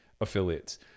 affiliates